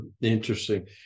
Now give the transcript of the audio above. interesting